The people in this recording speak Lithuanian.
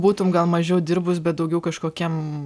būtum gal mažiau dirbus bet daugiau kažkokiem